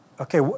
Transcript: Okay